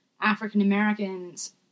African-Americans